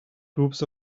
groups